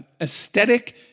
aesthetic